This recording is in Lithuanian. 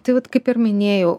tai vat kaip ir minėjau